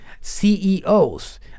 CEOs